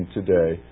today